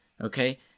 okay